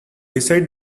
beside